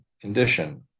condition